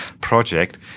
project